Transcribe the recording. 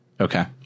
Okay